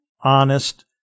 honest